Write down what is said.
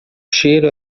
cheiro